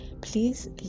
Please